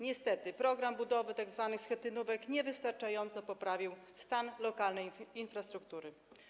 Niestety program budowy tzw. schetynówek niewystarczająco poprawił stan lokalnej infrastruktury.